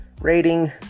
rating